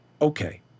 Okay